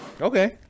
Okay